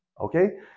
okay